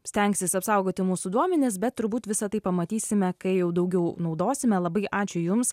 stengsis apsaugoti mūsų duomenis bet turbūt visą tai pamatysime kai jau daugiau naudosime labai ačiū jums